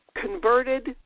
converted